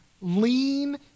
lean